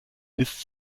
ist